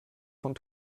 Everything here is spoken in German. von